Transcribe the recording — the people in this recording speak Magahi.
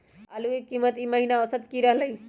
आलू के कीमत ई महिना औसत की रहलई ह?